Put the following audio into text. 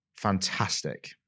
fantastic